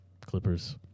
clippers